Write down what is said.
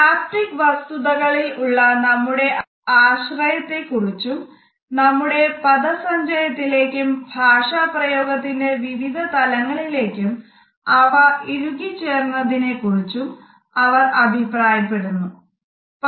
haptic വസ്തുതകളിൽ ഉള്ള നമ്മുടെ ആശ്രയത്തെ കുറിച്ചും നമ്മുടെ പദസഞ്ചയത്തിലേക്കും ഭാഷാ പ്രയോഗത്തിന്റെ വിവിധ തലങ്ങളിലേക്കും അവ ഇഴുകിച്ചേർന്നതിനെ കുറിച്ചും അവർ അഭിപ്രായപ്പെടുന്നുണ്ട്